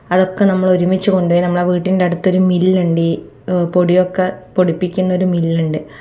അതൊക്കെ നമ്മൾ ഒരുമിച്ചു കൊണ്ട് പോയി നമ്മുടെ വീടിൻ്റെയടുത്തൊരു മില്ലുണ്ട് ഈ പൊടിയൊക്കെ പൊടിപ്പിക്കുന്ന ഒരു മില്ലുണ്ട്